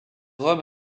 rome